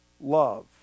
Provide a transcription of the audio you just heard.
love